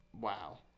Wow